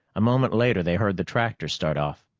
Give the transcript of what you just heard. a moment later they heard the tractor start off.